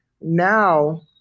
Now